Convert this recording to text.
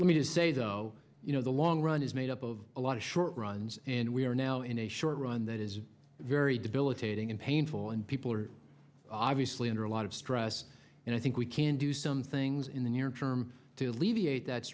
let me just say though you know the long run is made up of a lot of short runs and we are now in a short run that is very debilitating and painful and people are obviously under a lot of stress and i think we can do some things in the near term t